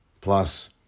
plus